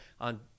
on –